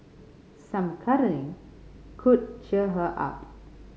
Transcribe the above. some cuddling could cheer her up